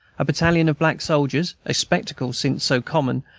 a battalion of black soldiers, a spectacle since so common,